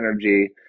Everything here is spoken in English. energy